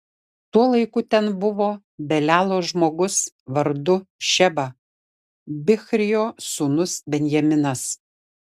tuo laiku ten buvo belialo žmogus vardu šeba bichrio sūnus benjaminas